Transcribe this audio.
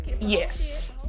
Yes